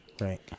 Right